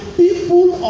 people